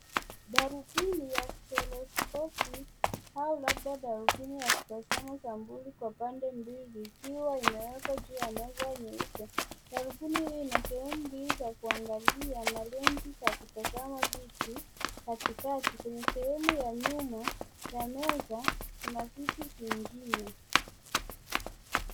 Darubini ya stereoscopic au labda darubini ya kutazama sabuli kwa pande mbili ikiwa imekwa juu ya meza nyeupe. Darubini hii ina sehemu mbili ya kuangalia na lensi za kutazama vitu, katika kuna sehemu ya nyuma ya meza kuna viti vingine.